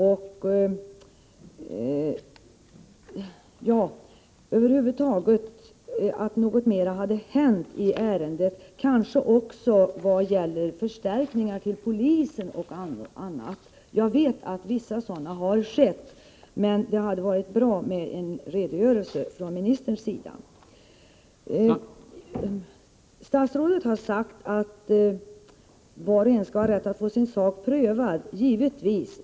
Jag hade över huvud taget väntat mig att få höra att något mer hade hänt i ärendet, exempelvis i fråga om förstärkning till polisen. Jag vet att vissa förstärkningar har skett, men det hade varit bra att få en redogörelse från ministern. Statsrådet har sagt att var och en skall ha rätt att få sin sak prövad. Ja, givetvis!